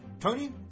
Tony